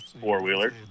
four-wheeler